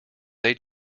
they